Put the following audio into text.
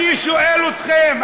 אני שואל אתכם,